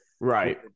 Right